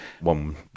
one